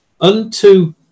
unto